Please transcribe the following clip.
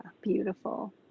beautiful